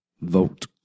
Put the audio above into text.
Vote